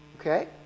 okay